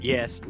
Yes